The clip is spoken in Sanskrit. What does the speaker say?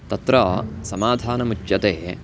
तत्र समाधानम् उच्यते